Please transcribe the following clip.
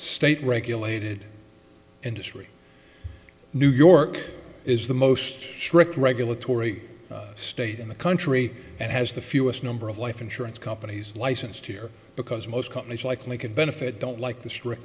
state regulated industry new york is the most strict regulatory state in the country and has the fewest number of life insurance companies licensed here because most companies likely could benefit don't like the stri